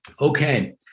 Okay